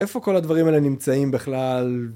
איפה כל הדברים האלה נמצאים בכלל?